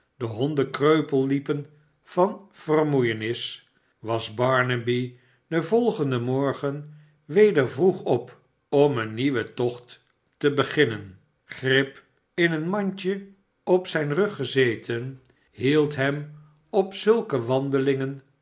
de honden kreupel liepen van vermoeienis was barnaby den volgenden morgen weder vroeg op om een nieuwen tocht te beginnen grip in een mandje op zijn rug gezeten wat er van barnaby en zijne moeder geworden is held hem op zulke wandelingen